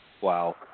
Wow